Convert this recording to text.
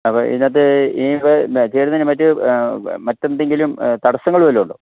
അപ്പോൾ ഇതിനകത്ത് ഇനി ഇപ്പോൾ ചേരുന്നതിന് മറ്റ് മറ്റ് എന്തെങ്കിലും തടസ്സങ്ങൾ വല്ലതും ഉണ്ടോ